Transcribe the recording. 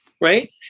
Right